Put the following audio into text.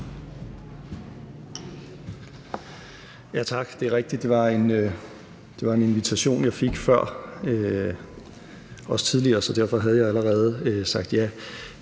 Ja, det er rigtigt, at jeg fik en invitation før, og jeg fik også en tidligere, så derfor havde jeg allerede sagt ja.